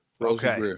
Okay